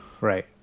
Right